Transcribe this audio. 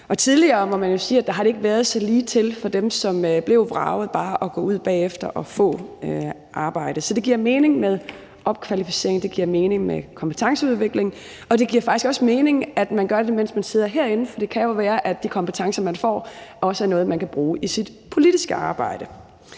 tidligere har det ikke været så ligetil for dem, som blev vraget, bare at gå ud bagefter og få arbejde, så det giver mening med opkvalificering, det giver mening med kompetenceudvikling, og det giver faktisk også mening, at man gør det, mens man sidder herinde, for det kan jo være, at de kompetencer, man får, også er noget, man kan bruge i sit politiske arbejde.